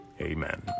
Amen